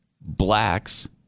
blacks